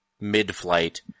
mid-flight